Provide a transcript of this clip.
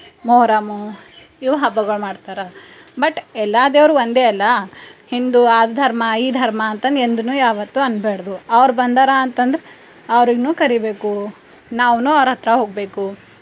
ಮೊಹರಮು ಇವು ಹಬ್ಬಗಳು ಮಾಡ್ತಾರೆ ಬಟ್ ಎಲ್ಲ ದೇವ್ರು ಒಂದೇ ಅಲ್ಲ ಹಿಂದೂ ಆ ಧರ್ಮ ಈ ಧರ್ಮ ಅಂತಂದು ಎಂದು ಯಾವತ್ತೂ ಅನ್ನಬ್ಯಾಡ್ದು ಅವ್ರು ಬಂದರು ಅಂತಂದ್ರೆ ಅವ್ರಿಗೂ ಕರಿಬೇಕು ನಾವು ಅವ್ರಹತ್ರ ಹೋಗಬೇಕು